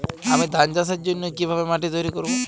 আমি ধান চাষের জন্য কি ভাবে মাটি তৈরী করব?